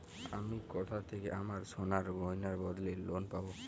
আমি কোথা থেকে আমার সোনার গয়নার বদলে লোন পাবো?